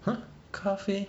!huh! 咖啡